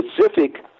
specific